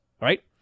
right